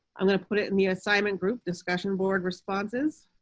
i'm going to put it in the assignment group discussion board responses.